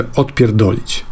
odpierdolić